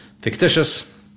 fictitious